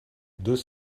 deux